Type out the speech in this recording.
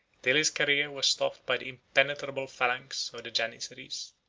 till his career was stopped by the impenetrable phalanx of the janizaries.